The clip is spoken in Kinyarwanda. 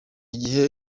gihe